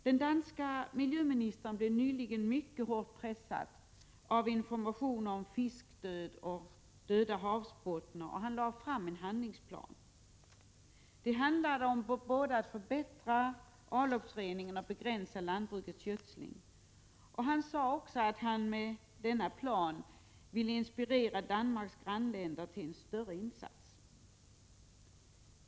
Den danske miljöministern blev nyligen mycket hårt pressad av information om fiskdöd och döda havsbottnar, och han lade fram en handlingsplan. Den handlade om att förbättra avloppsreningen och att begränsa lantbrukets gödsling. Han sade också att han med planen ville inspirera Danmarks grannländer till en större insats.